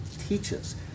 teaches